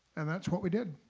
and that's what we did.